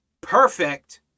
Perfect